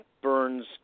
burns